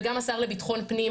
וגם השר לביטחון פנים,